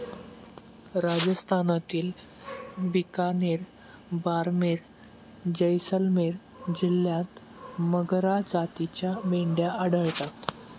राजस्थानातील बिकानेर, बारमेर, जैसलमेर जिल्ह्यांत मगरा जातीच्या मेंढ्या आढळतात